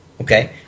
Okay